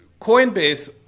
Coinbase